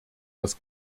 das